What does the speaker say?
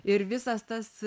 ir visas tas